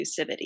inclusivity